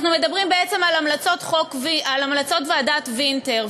אנחנו מדברים בעצם על המלצות ועדת וינטר,